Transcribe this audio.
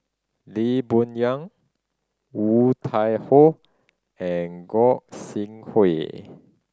Lee Boon Yang Woon Tai Ho and Gog Sing Hooi